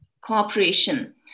cooperation